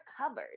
covered